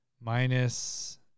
minus